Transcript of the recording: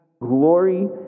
glory